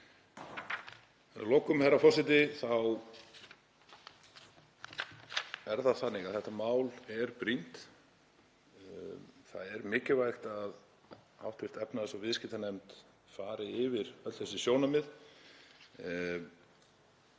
lokum, herra forseti, þá er það þannig að þetta mál er brýnt. Það er mikilvægt að hv. efnahags- og viðskiptanefnd fari yfir öll þessi sjónarmið.